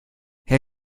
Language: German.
hey